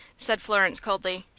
said florence, coldly.